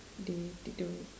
they they do~